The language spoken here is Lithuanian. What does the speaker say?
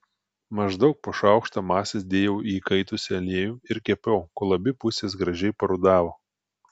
maždaug po šaukštą masės dėjau į įkaitusį aliejų ir kepiau kol abi pusės gražiai parudavo